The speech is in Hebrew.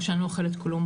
או שאני לא אוכלת כלום,